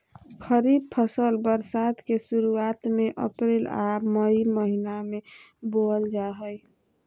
खरीफ फसल बरसात के शुरुआत में अप्रैल आ मई महीना में बोअल जा हइ